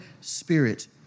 spirit